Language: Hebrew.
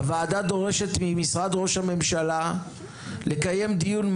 הוועדה דורשת ממשרד ראש הממשלה לקיים דיון בשאלה: